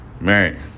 Man